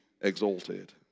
exalted